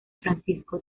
francisco